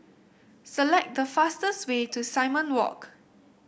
select the fastest way to Simon Walk